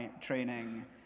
training